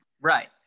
Right